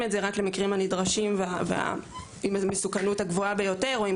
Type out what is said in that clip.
את זה רק למקרים הנדרשים ועם המסוכנות הגבוהה ביותר או עם